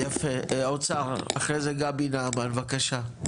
יפה, האוצר, אחרי זה גבי נעמן, בבקשה.